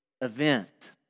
event